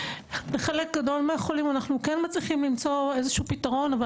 שבחלק גדול מהחולים אנחנו כן מצליחים למצוא איזשהו פתרון אבל